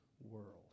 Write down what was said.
world